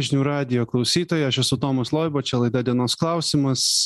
žinių radijo klausytojai aš esu tomas loiba čia laida dienos klausimas